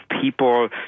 people